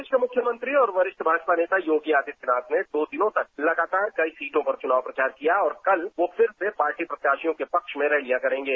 प्रदेश के मुख्यामंत्री और वरिष्ठग भाजपा नेता योगी आदित्यूनाथ ने दो दिनों तक लगातार कई सीटों पर चुनाव प्रचार किया और कल वह फिर से पार्टी प्रत्यानशियों के पक्ष में रैलियां करेंगे